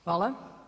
Hvala.